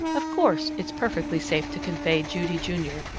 of course it's perfectly safe to convey judy, junior,